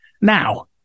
now